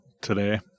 today